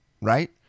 right